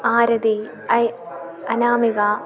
Aarathi Anamika